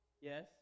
Yes